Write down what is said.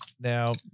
Now